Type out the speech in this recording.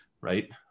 right